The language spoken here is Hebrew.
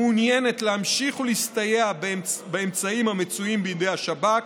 מעוניינת להמשיך ולהסתייע באמצעים המצויים בידי השב"כ,